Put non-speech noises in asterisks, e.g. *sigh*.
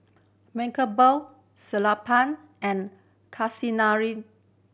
Mankombu Sellapan and *unintelligible*